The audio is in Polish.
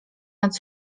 nad